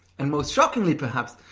and most shockingly, perhaps,